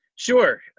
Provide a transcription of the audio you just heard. Sure